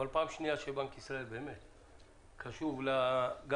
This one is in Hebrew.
אבל פעם שניה שבנק ישראל באמת קשוב גם